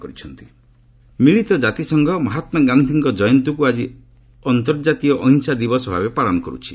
UN Gandhi ମିଳିତ କାତିସଂଘ ମହାତ୍ମା ଗାନ୍ଧିଙ୍କ ଜୟନ୍ତୀକୁ ଆଜି ଆନ୍ତର୍ଜାତୀୟ ଅହିଂସା ଦିବସ ଭାବେ ପାଳନ କରୁଛି